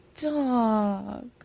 dog